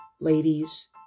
ladies